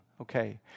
Okay